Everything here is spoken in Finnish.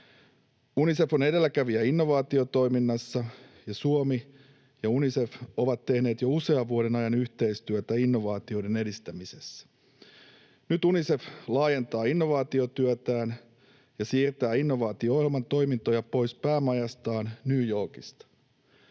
Unicef on edelläkävijä innovaatiotoiminnassa, ja Suomi ja Unicef ovat tehneet jo usean vuoden ajan yhteistyötä innovaatioiden edistämisessä. Nyt Unicef laajentaa innovaatiotyötään ja siirtää innovaatio-ohjelman toimintoja pois päämajastaan New Yorkista.